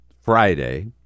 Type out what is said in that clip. Friday –